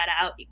out